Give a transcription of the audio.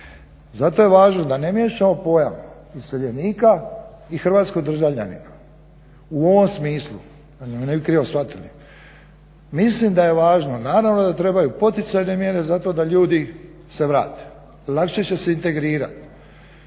Zato je važno da ne miješamo pojam iseljenika i hrvatskog državljanina u ovom smislu da me ne bi krivo shvatili. Mislim da je važno naravno da trebaju poticajne mjere za to da ljudi se vrate, lakše će se integrirati.